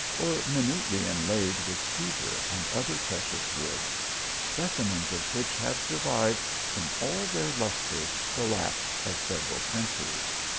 or minutely inlaid with cedar and other precious woods specimens of which have survived in all their lustre the lapse of several centuries.